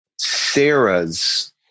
Sarah's